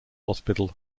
hospital